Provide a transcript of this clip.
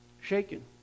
Shaken